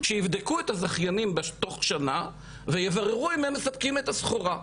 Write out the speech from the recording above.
שייבדקו את הזכיינים בתוך שנה ויבררו אם הם מספקים את הסחורה,